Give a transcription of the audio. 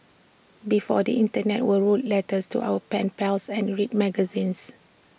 before the Internet we wrote letters to our pen pals and read magazines